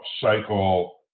cycle